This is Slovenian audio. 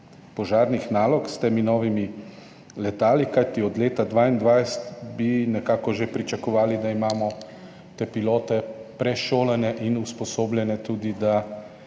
požarnih nalog z novimi letali? Od leta 2022 bi nekako že pričakovali, da imamo te pilote, ki so prešolani in usposobljeni tudi za